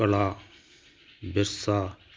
ਕਲਾ ਵਿਰਸਾ